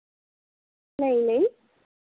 नेईं नेईं